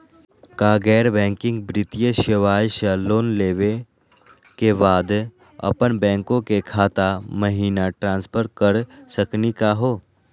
का गैर बैंकिंग वित्तीय सेवाएं स लोन लेवै के बाद अपन बैंको के खाता महिना ट्रांसफर कर सकनी का हो?